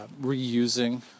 reusing